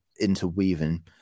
interweaving